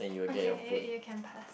okay you you can pass